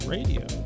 Radio